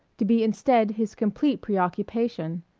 to be instead his complete preoccupation.